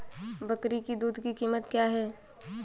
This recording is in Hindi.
बकरी की दूध की कीमत क्या है?